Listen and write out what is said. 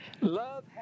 Love